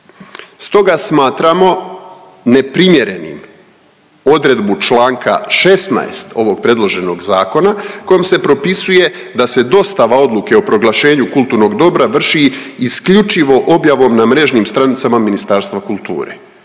Stoga smatramo neprimjerenim odredbu čl. 16 ovog predloženog zakona kojom se propisuje da se dostava odluke o proglašenju kulturnog dobra vrši isključivo objavom na mrežnim stranicama Ministarstva kulture,